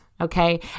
okay